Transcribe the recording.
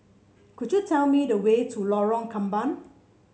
could you tell me the way to Lorong Kembang